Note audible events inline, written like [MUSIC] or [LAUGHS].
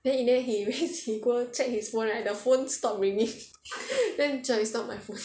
then in the end he raise he go check his phone right the phone stop ringing [LAUGHS] then cher it's not my phone